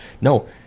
no